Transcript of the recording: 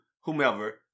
whomever